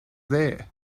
there